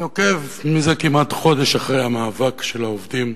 אני עוקב זה כמעט חודש אחר המאבק של העובדים,